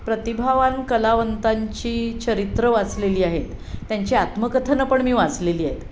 प्रतिभावान कलावंतांची चरित्रं वाचलेली आहेत त्यांची आत्मकथनं पण मी वाचलेली आहेत